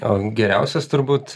o geriausias turbūt